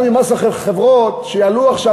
גם עם מס החברות שיעלו עכשיו,